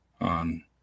on